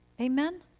Amen